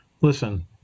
Listen